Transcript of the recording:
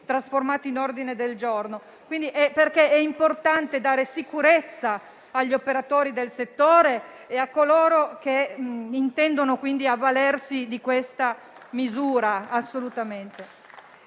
trasformati in ordine del giorno, perché è assolutamente importante dare sicurezza agli operatori del settore e a coloro che intendono avvalersi di questa misura.